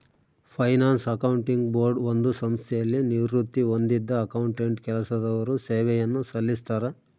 finance accounting board ಒಂದು ಸಂಸ್ಥೆಯಲ್ಲಿ ನಿವೃತ್ತಿ ಹೊಂದಿದ್ದ ಅಕೌಂಟೆಂಟ್ ಕೆಲಸದವರು ಸೇವೆಯನ್ನು ಸಲ್ಲಿಸ್ತರ